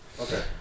Okay